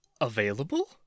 available